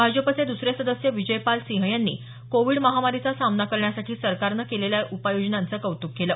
भाजपचे दुसरे सदस्य विजय पाल सिंह यांनी कोविड महामारीचा सामना करण्यासाठी सरकारनं केलेल्या उपाययोजनांचं कौतुक केलं